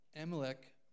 Amalek